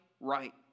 right